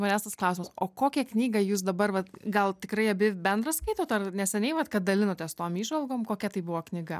manęs tas klausimas o kokią knygą jūs dabar vat gal tikrai abi bendras skaitot ar neseniai vat kad dalinotės tom įžvalgom kokia tai buvo knyga